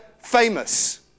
Famous